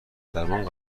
درمان